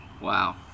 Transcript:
Wow